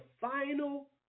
final